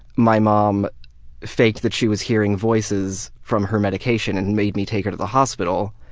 my mom faked that she was hearing voices from her medication and made me take her to the hospital.